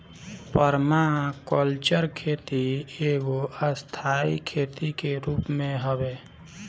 permaculture खेती एगो स्थाई खेती के रूप हवे